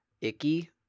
icky